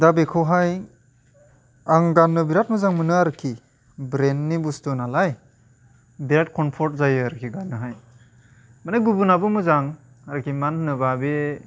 दा बेखौहाय आं गान्नो बिराथ मोजां मोनो आरोखि ब्रेन्डनि बुस्थु नालाय बिराथ कमपर्ट जायो आरोखि गान्नोहाय मानि गुबुनाबो मोजां आरोखि मानो होनोबा बे